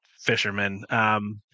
fisherman